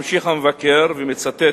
ממשיך המבקר ומצטט,